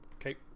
Okay